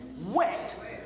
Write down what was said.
Wet